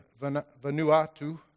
Vanuatu